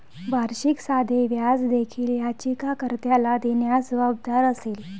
वार्षिक साधे व्याज देखील याचिका कर्त्याला देण्यास जबाबदार असेल